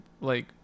like-